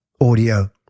audio